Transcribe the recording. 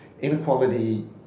Inequality